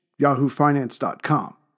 yahoofinance.com